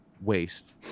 waste